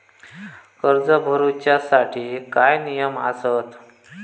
कर्ज भरूच्या साठी काय नियम आसत?